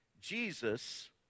Jesus